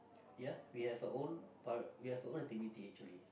ya we have our own prior~ we have our own activity actually